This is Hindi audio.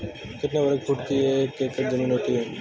कितने वर्ग फुट की एक एकड़ ज़मीन होती है?